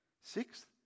Sixth